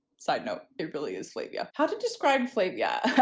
side note. it really is flavia. how to describe flavia?